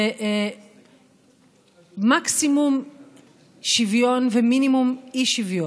במקסימום שוויון ומינימום אי-שוויון.